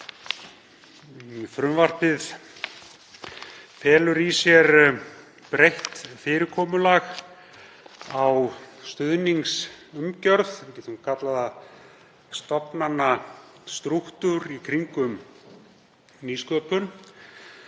Frumvarpið felur í sér breytt fyrirkomulag á stuðningsumgjörð, við getum kallað það stofnanastrúktúr í kringum nýsköpun.